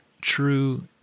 true